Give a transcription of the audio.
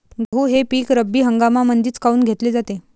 गहू हे पिक रब्बी हंगामामंदीच काऊन घेतले जाते?